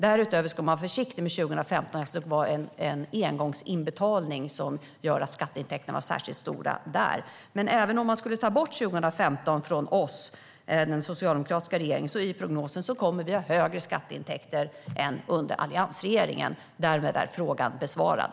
Därutöver ska man vara försiktig med 2015, eftersom en engångsinbetalning gjorde att skatteintäkterna var särskilt stora då. Men även om man tar bort år 2015 från oss, den socialdemokratiska regeringen, i prognosen kommer vi att ha högre skatteintäkter än vad som var fallet under alliansregeringen. Därmed är frågan besvarad.